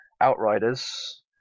Outriders